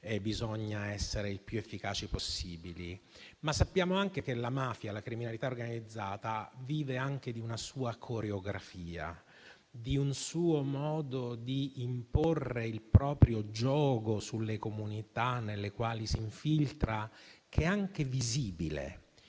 e bisogna essere il più efficaci possibili. Ma sappiamo anche che la criminalità organizzata vive anche di una sua coreografia, di un suo modo di imporre il proprio giogo sulle comunità nelle quali si infiltra, che è anche visibile.